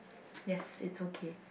yes it's okay